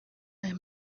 aya